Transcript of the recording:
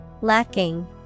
Lacking